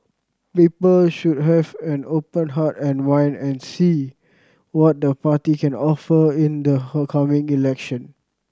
people should have an open heart and mind and see what the party can offer in the coming election